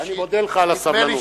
אני מודה לך על הסבלנות.